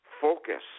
focus